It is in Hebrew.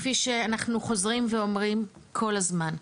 כפי שאנחנו חוזרים ואומרים כל הזמן,